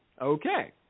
Okay